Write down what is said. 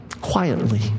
quietly